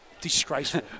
disgraceful